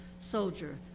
soldier